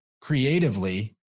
creatively